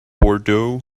bordeaux